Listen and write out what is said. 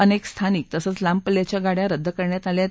अनेक स्थानिक तसंच लांब पल्ल्याच्या गाड्या रद्द करण्यात आल्या आहे